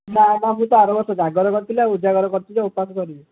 ନା ମ ମୁଁ ତ ଆର ବର୍ଷ ଜାଗର ରଖିଥିଲି ଆଉ ଉଜାଗର କରୁଛି ଯେ ଉପାସ କରିବି